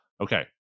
okay